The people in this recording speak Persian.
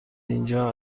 اینجا